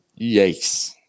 Yikes